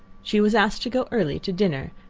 she was asked to go early, to dinner,